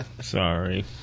Sorry